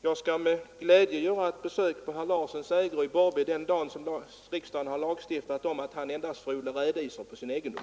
Jag skall med glädje göra ett besök på herr Larssons ägor i Borrby den dag då riksdagen har lagstiftat om att han endast får odla rädisor på sin egendom.